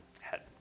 head